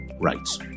rights